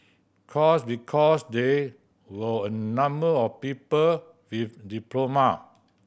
course because they were a number of people with diploma